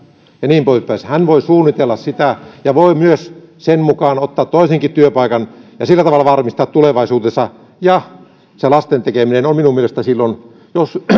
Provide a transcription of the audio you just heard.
ja niin poispäin hän voi suunnitella sitä ja voi sen mukaan ottaa toisenkin työpaikan ja sillä tavalla varmistaa tulevaisuutensa ja se lasten tekeminen on minun mielestäni silloin